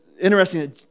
interesting